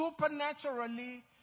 supernaturally